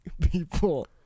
people